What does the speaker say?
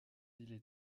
villes